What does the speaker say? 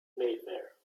mayfair